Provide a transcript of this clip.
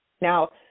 Now